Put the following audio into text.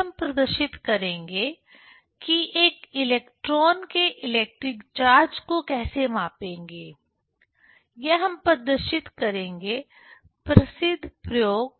आगे हम प्रदर्शित करेंगे की एक इलेक्ट्रान के इलेक्ट्रिक चार्ज को कैसे मापेंगे यह हम प्रदर्शित करेंगे प्रसिद्ध प्रयोग